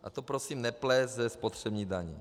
A to prosím neplést se spotřební daní.